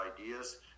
ideas